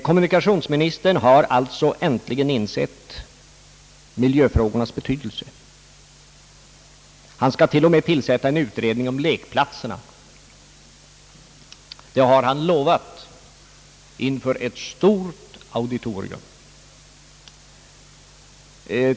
Kommunikationsministern har alltså äntligen insett miljöfrågornas betydelse. Han skall till och med tillsätta en utredning om lekplatserna. Det har han lovat inför ett stort auditorium.